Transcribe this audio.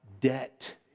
debt